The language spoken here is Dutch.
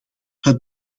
het